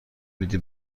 میدی